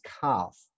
calf